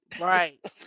right